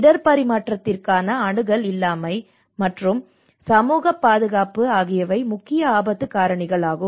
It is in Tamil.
இடர் பரிமாற்றத்திற்கான அணுகல் இல்லாமை மற்றும் சமூகப் பாதுகாப்பு ஆகியவை முக்கிய ஆபத்து காரணிகளாகும்